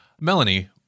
Melanie